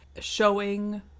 showing